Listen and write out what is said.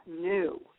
new